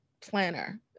planner